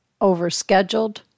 overscheduled